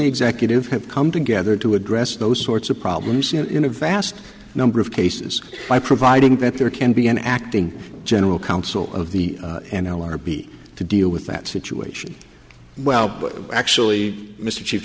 the executive have come together to address those sorts of problems in a vast number of cases by providing that there can be an acting general counsel of the n l r b to deal with that situation well but actually mr ch